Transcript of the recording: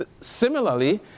Similarly